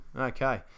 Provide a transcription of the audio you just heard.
Okay